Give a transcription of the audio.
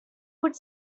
would